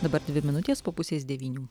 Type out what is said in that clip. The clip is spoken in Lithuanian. dabar dvi minutės po pusės devynių